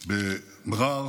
במר'אר,